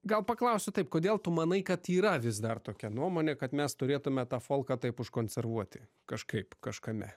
gal paklausiu taip kodėl tu manai kad yra vis dar tokia nuomonė kad mes turėtume tą folką taip užkonservuoti kažkaip kažkame